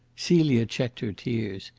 celia checked her tears.